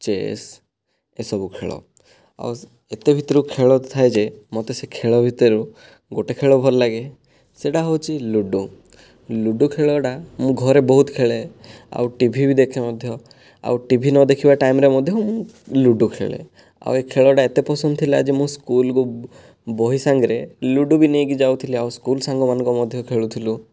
chess ଏସବୁ ଖେଳ ଆଉ ଏତେ ଭିତରୁ ଖେଳ ଥାଏ ଯେ ମୋତେ ସେ ଖେଳ ଭିତରୁ ଗୋଟିଏ ଖେଳ ଭଲ ଲାଗେ ସେଇଟା ହେଉଛି ଲୁଡ଼ୁ ଲୁଡ଼ୁ ଖେଳଟା ମୁଁ ଘର ବହୁତ ଖେଳେ ଆଉ ଟିଭି ବି ଦେଖେ ମଧ୍ୟ ଆଉ ଟିଭି ନ ଦେଖିବା ଟାଇମରେ ମଧ୍ୟ ମୁଁ ଲୁଡ଼ୁ ଖେଳେ ଆଉ ଏ ଖେଳଟା ଏତେ ପସନ୍ଦ ଥିଲା ଯେ ମୁଁ ସ୍କୁଲକୁ ବହି ସାଙ୍ଗରେ ଲୁଡ଼ୁ ବି ନେଇକି ଯାଉଥିଲି ଆଉ ସ୍କୁଲ ସାଙ୍ଗମାନଙ୍କ ମଧ୍ୟ ଖେଳୁଥିଲୁ